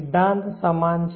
સિદ્ધાંત સમાન છે